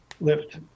lift